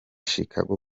chicago